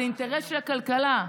זה אינטרס של הכלכלה.